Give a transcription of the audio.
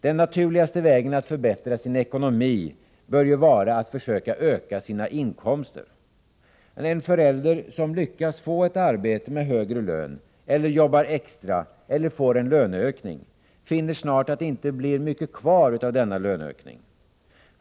Den mest naturliga vägen att förbättra sin ekonomi bör vara att försöka öka sina inkomster. En förälder som lyckats få ett arbete med högre lön, jobbar extra eller får en löneökning finner snart att det inte blir mycket kvar av denna löneökning.